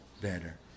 better